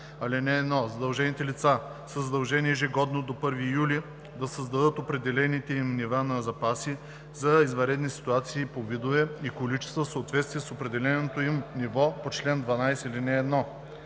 така: „(1) Задължените лица са длъжни ежегодно до 1 юли да създадат определените им нива на запаси за извънредни ситуации по видове и количества в съответствие с определеното им ниво по чл. 12, ал. 1.